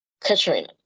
Katrina